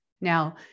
Now